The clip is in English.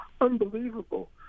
unbelievable